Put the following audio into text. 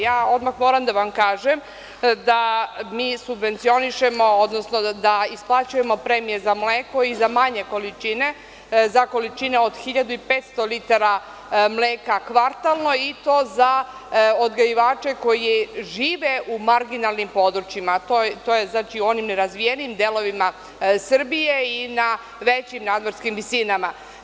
Ja odmah moram da vam kažem da mi subvencionišemo, odnosno da isplaćujemo premije za mleko i za manje količine, za količine od 1500 litara mleka kvartalno i to za odgajivače koji žive u marginalnim područjima, to je onim nerazvijenim delovima Srbije i na većim nadmorskim visinama.